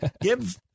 give